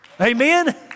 Amen